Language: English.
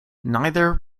neither